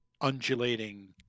undulating